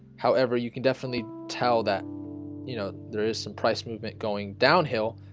however, you can definitely tell that you know there is some price movement going downhill,